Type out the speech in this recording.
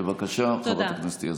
בבקשה, חברת הכנסת יזבק.